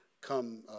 come